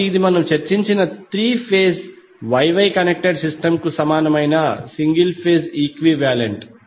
కాబట్టి ఇది మనము చర్చించిన three phase Y Y connected system కు సమానమైన సింగిల్ ఫేజ్ ఈక్వివాలెంట్